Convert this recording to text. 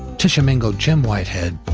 tishomingo jim whitehead,